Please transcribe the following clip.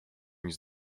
nic